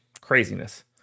Craziness